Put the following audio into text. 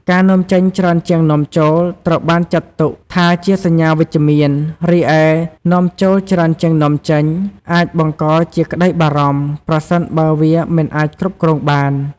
ការនាំចេញច្រើនជាងនាំចូល ត្រូវបានចាត់ទុកថាជាសញ្ញាវិជ្ជមាន រីឯនាំចូលច្រើនជាងនាំចេញ អាចបង្កជាក្តីបារម្ភ ប្រសិនបើវាមិនអាចគ្រប់គ្រងបាន។